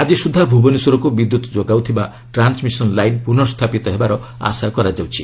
ଆଜି ସୁଦ୍ଧା ଭୁବନେଶ୍ୱରକୁ ବିଦ୍ୟୁତ୍ ଯୋଗାଉଥିବା ଟ୍ରାନ୍ସମିସନ୍ ଲାଇନ୍ ପୁନଃ ସ୍ଥାପିତ ହେବାର ଆଶା କରାଯାଉଛି